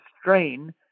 strain